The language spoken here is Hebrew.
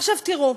עכשיו, תראו,